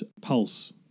pulse